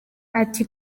ati